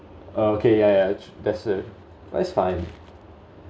okay ya ya that's uh that's fine